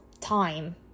time